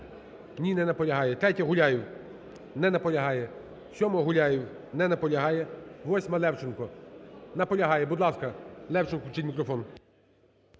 Ні, не наполягає. 3-я, Гуляєв. Не наполягає. 7-а, Гуляєв. Не наполягає. 8-а, Левченко. Наполягає. Будь ласка, Левченку включіть мікрофон.